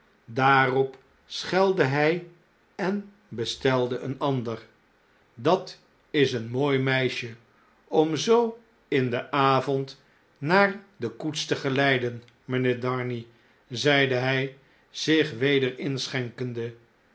daarop schelde hij en bestelde een ander dat is een mooj meisje om zoo in den avond naar de koets te geleiden mijnheer darnay zeide hij zich weder inschenkende